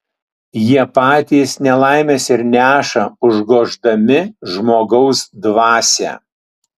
jie patys nelaimes ir neša užgoždami žmogaus dvasią